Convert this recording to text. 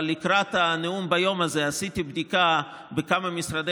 אבל לקראת הנאום ביום הזה עשיתי בדיקה בכמה משרדי